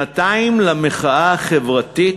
שנתיים למחאה החברתית